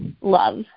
Love